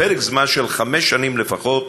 לפרק זמן של חמש שנים לפחות,